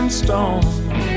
stone